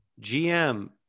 GM